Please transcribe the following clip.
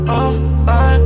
offline